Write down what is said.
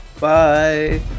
Bye